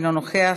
אינו נוכח.